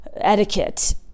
etiquette